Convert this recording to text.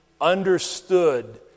understood